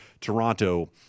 Toronto